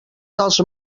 dels